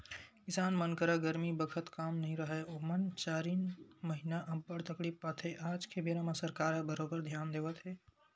किसान मन करा गरमी बखत काम नइ राहय ओमन चारिन महिना अब्बड़ तकलीफ पाथे आज के बेरा म सरकार ह बरोबर धियान देवत हे